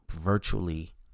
virtually